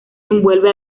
envuelve